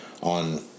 on